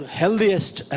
healthiest